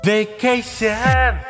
Vacation